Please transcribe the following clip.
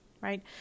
right